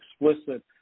explicit